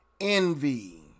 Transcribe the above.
envy